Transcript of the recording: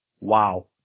Wow